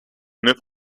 nicht